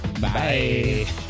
Bye